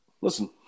listen